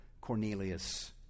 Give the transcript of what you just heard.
Cornelius